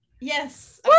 yes